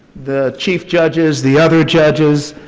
the chief judges, the other judges,